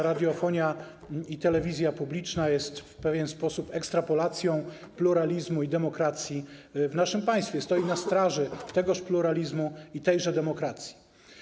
Radiofonia i telewizja publiczna jest w pewien sposób ekstrapolacją pluralizmu i demokracji w naszym państwie, stoi na straży tegoż pluralizmu i tejże demokracji.